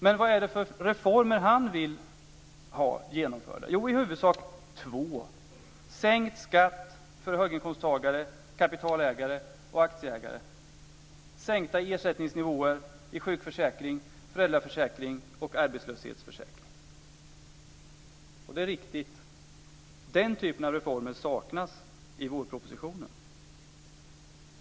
Men vad är det för reformer som han vill ha genomförda? Jo, i huvudsak två: sänkt skatt för höginkomsttagare, kapitalägare och aktieägare samt sänkta ersättningsnivåer i sjukförsäkring, föräldraförsäkring och arbetslöshetsförsäkring. Det är riktigt, den typen av reformer saknas i vårpropositionen.